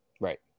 Right